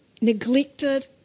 neglected